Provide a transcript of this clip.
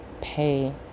pay